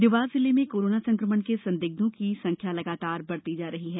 देवास जिले में कोरोना संक्रमण के संदिग्धों की संख्या लगातार बढ़ती जा रही है